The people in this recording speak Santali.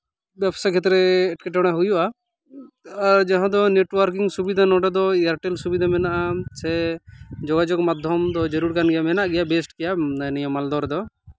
ᱵᱮᱵᱥᱟ ᱠᱷᱮᱛᱨᱮ ᱮᱴᱠᱮᱴᱚᱬᱮ ᱦᱩᱭᱩᱜᱼᱟ ᱟᱨ ᱡᱟᱦᱟᱸ ᱫᱚ ᱱᱮᱴᱚᱣᱟᱨᱠᱤᱝ ᱥᱩᱵᱤᱫᱟ ᱱᱚᱸᱰᱮ ᱫᱚ ᱮᱭᱟᱨᱴᱮᱹᱞ ᱥᱩᱵᱤᱫᱟ ᱢᱮᱱᱟᱜᱼᱟᱱ ᱥᱮ ᱡᱳᱜᱟᱡᱳᱜᱽ ᱢᱟᱫᱽᱫᱷᱚᱢ ᱫᱚ ᱡᱟᱹᱨᱩᱲ ᱠᱟᱱ ᱜᱮᱭᱟ ᱢᱮᱱᱟᱜ ᱜᱮᱭᱟ ᱵᱮᱥᱴ ᱜᱮᱭᱟ ᱱᱤᱭᱟᱹ ᱢᱟᱞᱫᱟ ᱡᱮᱞᱟ ᱨᱮᱫᱚ